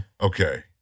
Okay